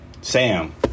Sam